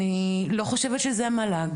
אני לא חושבת שזה המל"ג,